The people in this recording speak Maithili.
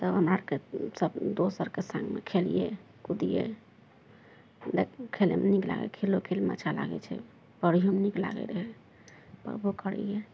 तब हमरा आरके सभ दोस्त सभके सङ्गमे खेललियै कूदियै खेलयमे नीक लागय छै खेलो खेलमे अच्छा लागय छै पढ़ैयोमे नीक लागय रहय पढ़बो करियै